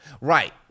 Right